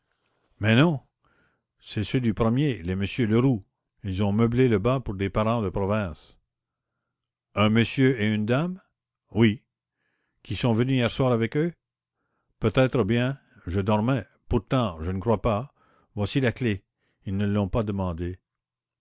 mais non c'est ceux du premier les messieurs leroux ils ont meublé le bas pour des parents de province qui sont venus hier soir avec eux peut-être bien je dormais pourtant je ne crois pas voici la clef ils ne l'ont pas demandée